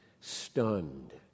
stunned